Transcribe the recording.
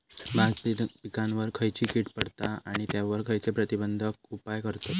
भात पिकांवर खैयची कीड पडता आणि त्यावर खैयचे प्रतिबंधक उपाय करतत?